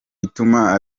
ituma